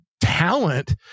talent